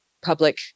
public